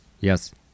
Yes